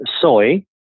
Soy